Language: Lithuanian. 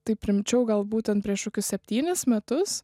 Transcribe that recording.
taip rimčiau gal būtent prieš kokius septynis metus